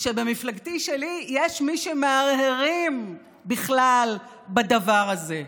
שבמפלגתי שלי יש מי שמהרהרים בכלל בדבר הזה.